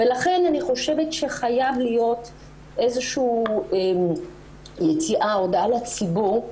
ולכן אני חושבת שחייבת להיות איזושהי הודעה לציבור.